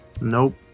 Nope